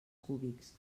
cúbics